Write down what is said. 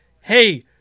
hey